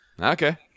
Okay